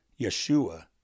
Yeshua